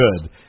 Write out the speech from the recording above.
good